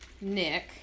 Nick